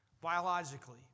biologically